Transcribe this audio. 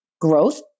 growth